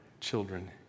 children